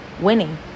winning